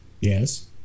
yes